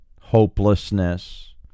hopelessness